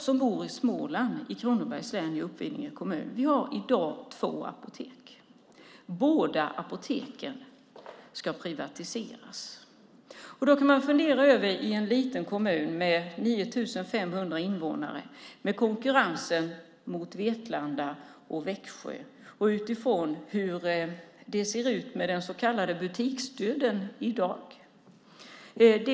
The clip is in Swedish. Jag bor i Småland, i Uppvidinge kommun i Kronobergs län. Vi har i dag två apotek. Båda ska privatiseras. När det gäller en liten kommun som Uppvidinge med 9 500 invånare kan man fundera på konkurrensen med Vetlanda och Växjö, särskilt med tanke på hur det ser ut med den så kallade butiksdöden i dag.